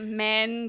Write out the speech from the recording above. men